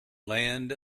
land